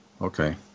okay